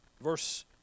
Verse